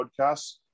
Podcasts